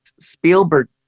Spielberg